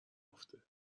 افته